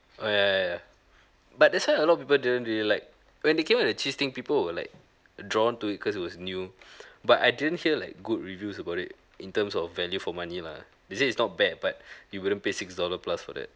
oh ya ya ya but that's why a lot of people didn't really like when they came out with the cheese thing people were like drawn to it cause it was new but I didn't hear like good reviews about it in terms of value for money lah they say is not bad but you wouldn't pay six dollar plus for that